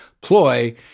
ploy